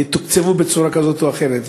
תתוקצב בצורה כזאת או אחרת.